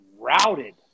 routed